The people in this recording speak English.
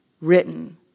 written